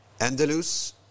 Andalus